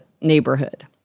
neighborhood